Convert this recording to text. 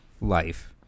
life